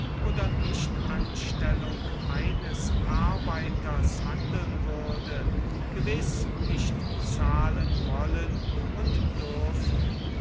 oder nichtanstellung eines arbeiters handeln würde gewiß nicht zahlen wollen und dürfen